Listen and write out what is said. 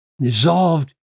dissolved